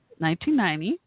1990